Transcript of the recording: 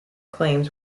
claims